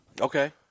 Okay